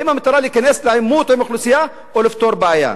האם המטרה היא להיכנס לעימות עם אוכלוסייה או לפתור בעיה?